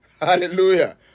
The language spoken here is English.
Hallelujah